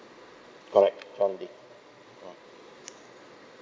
correct john lee mm